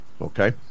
okay